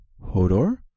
Hodor